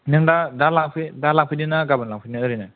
नों दा दा लांफै दा लांफैनो ना गाबोन लांफैनो ओरैनो